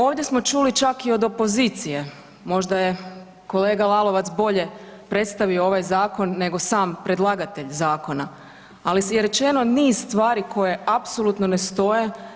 Ovdje smo čuli čak i od opozicije, možda je kolega Lalovac bolje predstavio ovaj zakon nego sam predlagatelj zakona, ali je rečeno niz stvari koje apsolutno ne stoje.